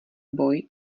boj